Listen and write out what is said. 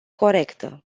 corectă